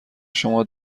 شما